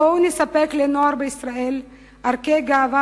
בואו נספק לנוער בישראל ערכי גאווה